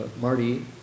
Marty